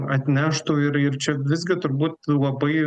atneštų ir ir čia visgi turbūt labai